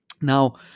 Now